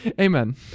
Amen